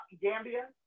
Gambia